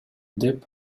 деп